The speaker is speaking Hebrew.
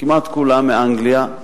כמעט כולם מאנגליה,